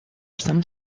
some